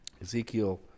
Ezekiel